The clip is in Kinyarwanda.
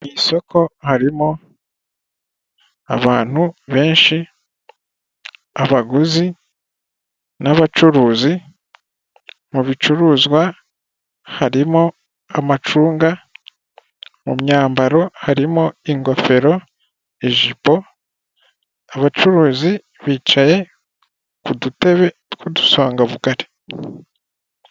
Mu isoko harimo abantu benshi; abaguzi n'abacuruzi. Mu bicuruzwa harimo amacunga, mu myambaro harimo ingofero, ijipo,... abacuruzi bicaye ku dutebe tw'udusongabugari.